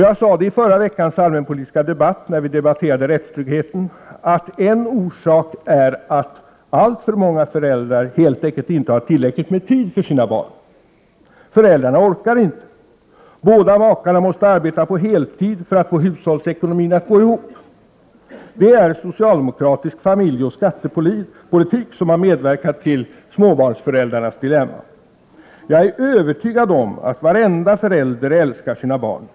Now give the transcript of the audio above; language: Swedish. Jag sade i förra veckans allmänpolitiska debatt, då vi debatterade rättstryggheten, att en orsak är att alltför många föräldrar helt enkelt inte har tillräckligt med tid för sina barn. Föräldrarna orkar inte. Båda makarna måste arbeta på heltid för att få hushållsekonomin att gå ihop. Det är socialdemokratisk familjeoch skattepolitik som medverkat till småbarnsföräldrarnas dilemma. Jag är övertygad om att varenda förälder älskar sina barn.